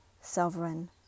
sovereign